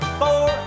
four